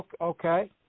okay